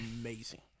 amazing